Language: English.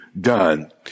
done